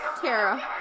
Tara